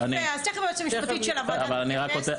יפה, אז תיכף היועצת המשפטית של הוועדה תתייחס.